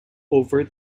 over